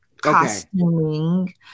costuming